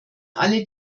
alle